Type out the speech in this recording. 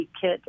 kit